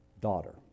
daughter